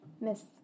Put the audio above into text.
Miss